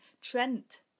trent